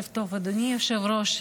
ערב טוב, אדוני היושב-ראש.